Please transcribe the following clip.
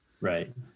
Right